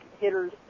hitters